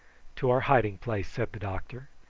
to our hiding-place, said the doctor.